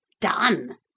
Done